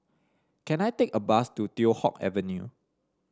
can I take a bus to Teow Hock Avenue